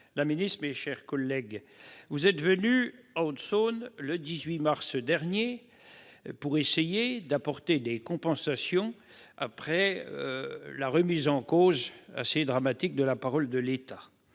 la ministre, vous êtes venue en Haute-Saône le 18 mars dernier pour essayer d'apporter des compensations après une remise en cause assez dramatique de la parole de l'État